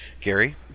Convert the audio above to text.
Gary